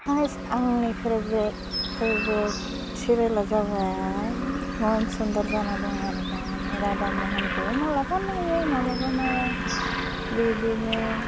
हाइस आंनि फ्रेब्रेट सिरियाला जाबाय मन सुन्दर जाना दं आरो दामानि रादा महनखौबो मालाबा नायो मालाबा नाया बिदिनो